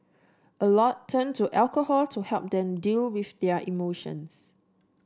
a lot turn to alcohol to help them deal with their emotions